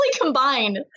combined